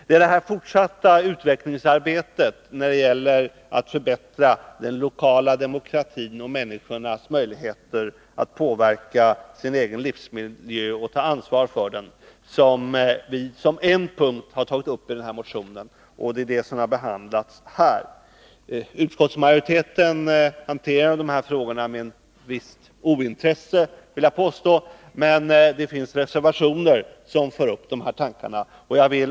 Det är detta fortsatta utvecklingsarbete när det gäller att förbättra den lokala demokratin och människornas möjligheter att påverka sin egen livsmiljö och ta ansvaret för den som vi har tagit upp som en punkt i den här motionen. Det är den som behandlats här. Utskottsmajoriteten hanterar dessa frågor med visst ointresse, vill jag påstå, men det finns reservationer som för upp de här tankarna.